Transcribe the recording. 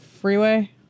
Freeway